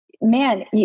man